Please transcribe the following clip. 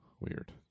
weird